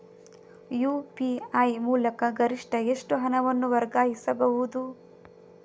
UPI ಮೂಲಕ ಗರಿಷ್ಠ ಎಷ್ಟು ಹಣವನ್ನು ವರ್ಗಾಯಿಸಬಹುದು?